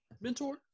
mentor